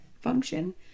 function